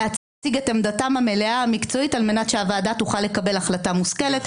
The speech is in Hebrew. להציג את עמדתם המלאה המקצועית על מנת שהוועדה תוכל לקבל החלטה מושכלת.